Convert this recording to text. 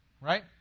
right